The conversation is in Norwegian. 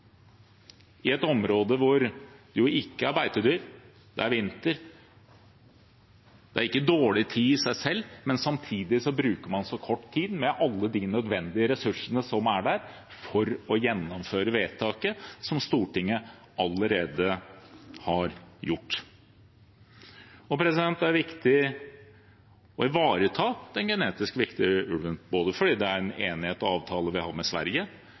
i et område hvor det ikke er beitedyr, det er vinter. Man har ikke dårlig tid, samtidig brukes det kort tid, med alle de nødvendige ressursene som er der, for å gjennomføre det som Stortinget allerede har vedtatt. Det er viktig å ivareta den genetisk viktige ulven fordi det er en enighet og avtale vi har med Sverige,